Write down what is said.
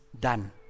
done